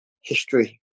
history